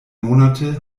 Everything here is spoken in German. monate